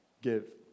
give